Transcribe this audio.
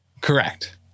Correct